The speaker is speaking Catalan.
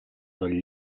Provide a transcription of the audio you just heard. del